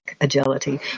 agility